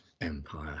Empire